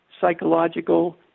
psychological